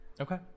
Okay